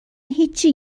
هیچی